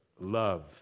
love